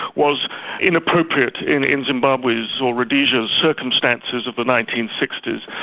was inappropriate in in zimbabwe's or rhodesia's circumstances of the nineteen sixty s,